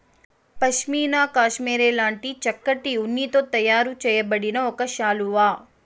pashmina cashmere లాంటి చక్కటి ఉన్నితో తయారు చేయబడిన ఒక శాలువా